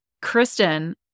Kristen